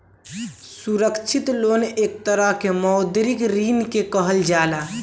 असुरक्षित लोन एक तरह के मौद्रिक ऋण के कहल जाला